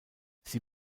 sie